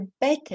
better